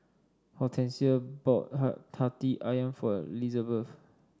Hortensia bought hati ayam for Lizabeth